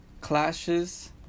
clashes